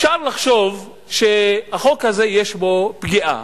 אפשר לחשוב שבחוק הזה יש פגיעה,